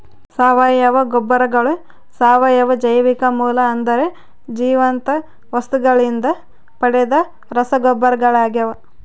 ಸಾವಯವ ಗೊಬ್ಬರಗಳು ಸಾವಯವ ಜೈವಿಕ ಮೂಲ ಅಂದರೆ ಜೀವಂತ ವಸ್ತುಗಳಿಂದ ಪಡೆದ ರಸಗೊಬ್ಬರಗಳಾಗ್ಯವ